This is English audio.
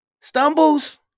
Stumbles